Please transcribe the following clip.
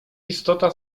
istota